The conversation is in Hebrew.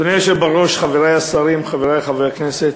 אדוני היושב בראש, חברי השרים, חברי חברי הכנסת,